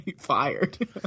fired